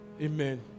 Amen